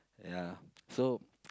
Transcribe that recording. ya so